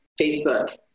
Facebook